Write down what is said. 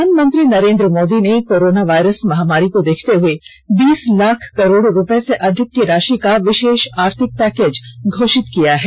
प्रधानमंत्री नरेन्द्र मोदी ने corona virus महामारी को देखते हुए बीस लाख करोड़ रुपये से अधिक की राशि का विशेष आर्थिक पैकेज घोषित किया है